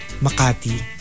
Makati